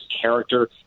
character